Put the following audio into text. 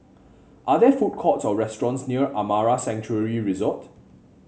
are there food courts or restaurants near Amara Sanctuary Resort